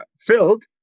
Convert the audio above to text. filled